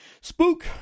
Spook